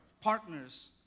partners